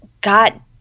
God